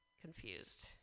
confused